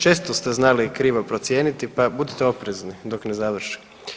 Često ste znali krivo procijeniti, pa budite oprezni dok ne završi.